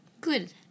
good